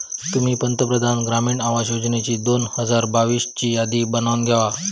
तुम्ही पंतप्रधान ग्रामीण आवास योजनेची दोन हजार बावीस ची यादी बघानं घेवा